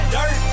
Dirt